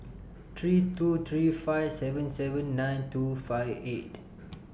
three two three five seven seven nine two five eight